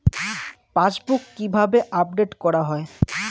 Passbook কিভাবে update করা হয়?